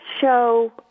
show